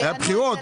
היו בחירות,